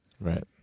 Right